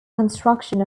construction